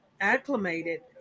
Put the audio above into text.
acclimated